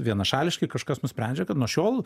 vienašališkai kažkas nusprendžia kad nuo šiol